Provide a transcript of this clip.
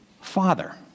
father